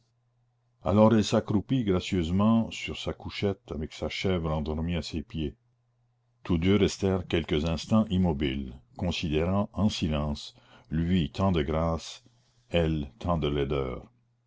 alors elle s'accroupit gracieusement sur sa couchette avec sa chèvre endormie à ses pieds tous deux restèrent quelques instants immobiles considérant en silence lui tant de grâce elle tant de laideur